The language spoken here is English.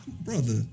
brother